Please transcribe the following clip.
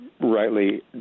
rightly